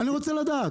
אני רוצה לדעת.